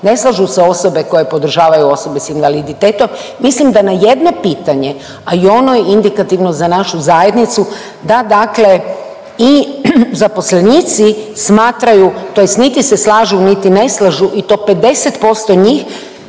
ne slažu se osobe koje podržavaju osobe s invaliditetom mislim da na jedno pitanje, a i ono je indikativno za našu zajednicu da dakle i zaposlenici smatraju tj. niti se slažu niti ne slažu i to 50% njih